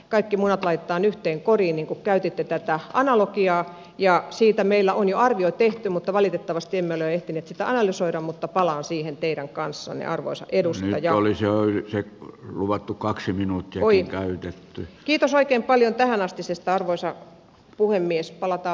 kaikki munat laitetaan yhteen koriin niinku käytitte tätä analogiaa ja siitä meillä on jo arvio tehty mutta valitettavasti meillä ehtinyt analysoida mutta palaa siihen teidän kanssanne arvoisa edustaja ja olisihan se kun luvattu kaksi minuuttia voi käytetty kiitos oikein paljon tähänastisesta arvoisa puhemies palauttaa